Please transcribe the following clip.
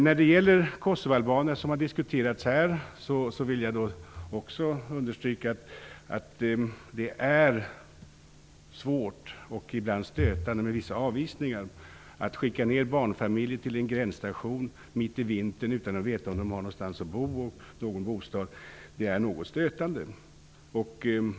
När det gäller kosovoalbanerna vill jag också understryka att det är svårt och ibland stötande med vissa avvisningar. Att skicka ned barnfamiljer till en gränsstation mitt i vintern utan att veta om de har någonstans att bo är stötande.